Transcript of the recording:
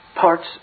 parts